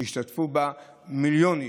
שהשתתפו בה מיליון איש.